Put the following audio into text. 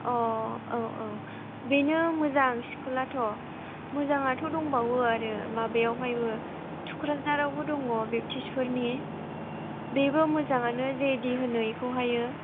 अ औ औ बेनो मोजां स्कुलआथ' मोजाङाथ' दंबावो आरो माबायावहायबो थुक्राझारावबो दङ बापटिसफोरनि बेबो मोजाङानो जे डि होनो बेखौहायो